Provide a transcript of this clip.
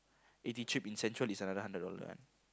eighty trip essential is another hundred one